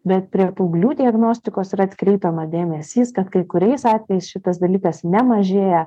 bet prie paauglių diagnostikos ir atkreipiamas dėmesys kad kai kuriais atvejais šitas dalykas nemažėja